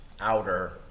outer